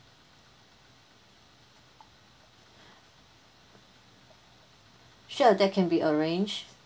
sure that can be arranged